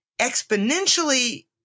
exponentially